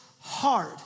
hard